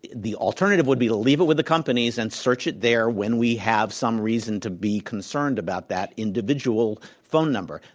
the alternative would be to leave it with the companies and search it there when we have some reason to be concerned about that individual phone number,